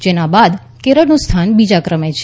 જેના બાદ કેરળનું સ્થાન બીજા ક્રમે છે